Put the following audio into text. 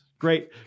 Great